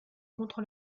contre